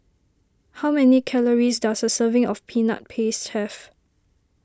how many calories does a serving of Peanut Paste have